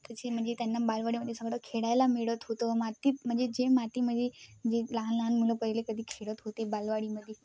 तसे म्हणजे त्यांना बालवाडीमध्ये सगळं खेळायला मिळत होतं मातीत म्हणजे जे मातीमध्ये जे लहान लहान मुलं पहिले कधी खेळत होते बालवाडीमध्ये